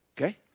okay